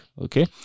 okay